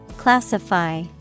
Classify